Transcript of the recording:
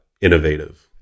innovative